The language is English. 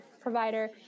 provider